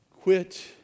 quit